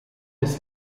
des